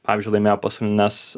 pavyzdžiui laimėjo pasaulines